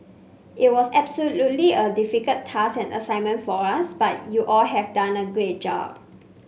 it was absolutely a difficult task and assignment for us but you all have done a great job